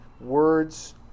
words